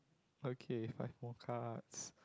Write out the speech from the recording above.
okay five more cards